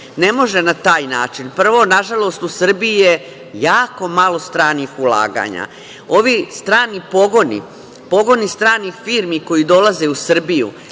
Ne može na taj način. Prvo, nažalost u Srbiji je jako malo stranih ulaganja. Ovi strani pogoni, pogoni stranih firmi koje dolaze u Srbiju